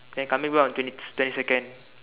then coming back on the twenty twenty second